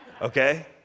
Okay